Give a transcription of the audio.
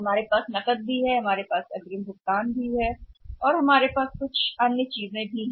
हमारे पास नकद राशि है आपके पास अग्रिम भुगतान भी है हमारे पास कुछ अन्य चीजें भी हैं